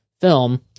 film